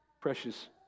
precious